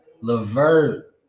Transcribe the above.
LeVert